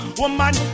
woman